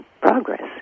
progress